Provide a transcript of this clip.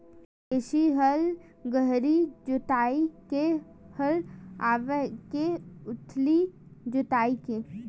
देशी हल गहरी जोताई के हल आवे के उथली जोताई के?